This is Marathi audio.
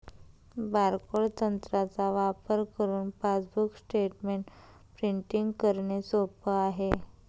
बारकोड तंत्राचा वापर करुन पासबुक स्टेटमेंट प्रिंटिंग करणे सोप आहे